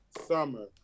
Summer